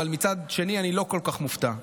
אבל מצד שני אני לא כל כך מופתע,